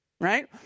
right